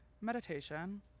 Meditation